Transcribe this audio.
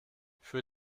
für